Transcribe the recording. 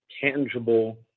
tangible